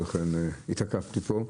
אז לכן התעכבתי מלהגיע לפה.